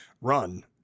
run